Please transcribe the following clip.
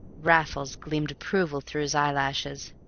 raffles gleamed approval through his eyelashes.